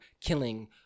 killing